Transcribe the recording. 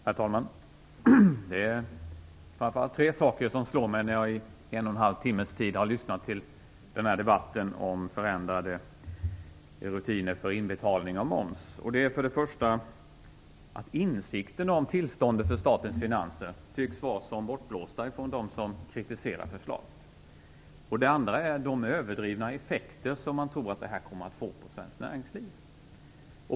Herr talman! Det är framför allt tre saker som slår mig när jag i en och en halv timmes tid lyssnar till debatten om förändrade rutiner för inbetalning av moms. För det första tycks insikten om tillståndet för statens finanser vara som bortblåst från dem som kritiserar förslaget. För det andra tror man att förslaget kommer att få överdrivna effekter på svenskt näringsliv.